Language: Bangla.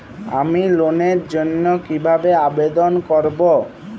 আমি লোনের জন্য কিভাবে আবেদন করব?